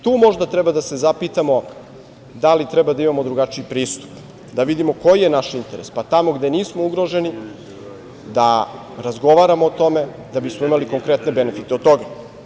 Tu možda treba da se zapitamo da li treba da imamo drugačiji pristup, da vidimo koji je naš interes, pa tamo gde nismo ugroženi da razgovaramo o tome, da bismo imali konkretne benefite od toga.